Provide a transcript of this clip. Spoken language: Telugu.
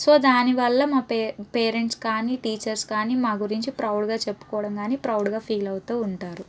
సో దాని వల్ల మా పేరె పేరెంట్స్ కానీ టీచర్స్ కానీ మా గురించి ప్రౌడ్గా చెప్పుకోవటం కానీ ప్రౌడ్గా ఫీల్ అవుతు ఉంటారు